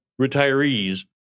retirees